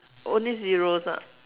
only zeroes ah